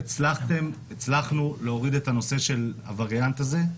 הצלחנו להוריד את הנושא של הווריאנט הזה,